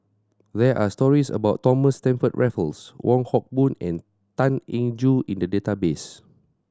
there are stories about Thomas Stamford Raffles Wong Hock Boon and Tan Eng Joo in the database